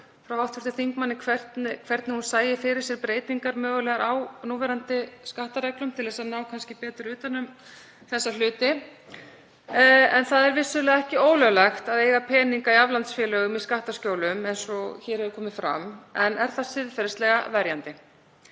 frá hv. þingmanni hvernig hún sér fyrir sér breytingar mögulegar á núverandi skattareglum til að ná betur utan um þessa hluti. Það er vissulega ekki ólöglegt að eiga peninga í aflandsfélögum, í skattaskjólum, eins og hér hefur komið fram, en er það siðferðislega verjandi?